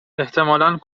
احتمالا